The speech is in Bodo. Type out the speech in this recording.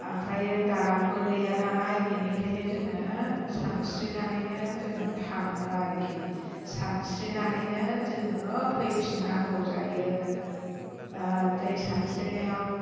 ओमफ्राय दालांबो गैया नालाय बेनिखायनो जोङो सानस्रिनानैनो जोङो थाङो आरोखि सानस्रिनानैनो जोङो फैफिननांगौ जायो दै सानस्रिनायाव